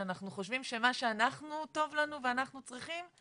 שאנחנו חושבים שמה שאנחנו טוב לנו ואנחנו צריכים,